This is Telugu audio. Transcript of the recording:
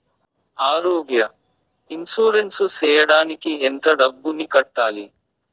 ఆరోగ్య ఇన్సూరెన్సు సేయడానికి ఎంత డబ్బుని కట్టాలి?